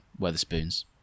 Weatherspoons